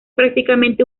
prácticamente